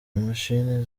imashini